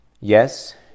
Yes